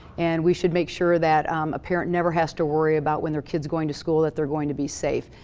and we should make sure that a parent never has to worry about, when their kid's going to school, that they're going to be safe.